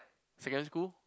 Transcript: secondary school